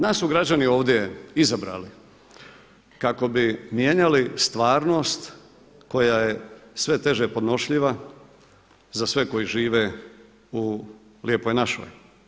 Nas su građani ovdje izabirali kako bi mijenjali stvarnost koja je sve teže podnošljiva za sve koji žive u Lijepoj našoj.